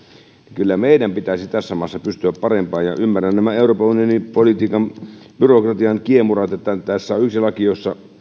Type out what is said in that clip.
kyllä meidän pitäisi tässä maassa pystyä parempaan ymmärrän nämä euroopan unionin politiikan ja byrokratian kiemurat ja tässä on yksi laki jossa